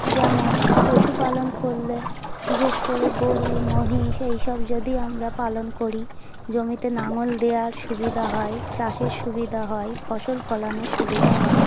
যেমন পশুপালন করলে বিশেষ করে গরু মহিষ এই সব যদি আমরা পালন করি জমিতে লাঙল দেওয়ার সুবিধা হয় চাষের সুবিধা হয় ফসল ফলানোর সুবিধা হয়